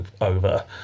over